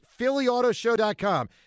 phillyautoshow.com